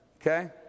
okay